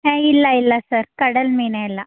ಹೇ ಇಲ್ಲ ಇಲ್ಲ ಸರ್ ಕಡಲ ಮೀನೇ ಎಲ್ಲ